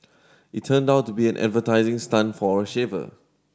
it turned out to be an advertising stunt for a shaver